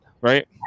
right